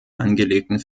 angelegten